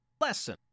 lesson